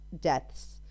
deaths